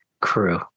crew